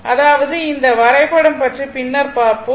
அதாவது இந்த வரைபடம் பற்றி பின்னர் பார்ப்போம்